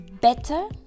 better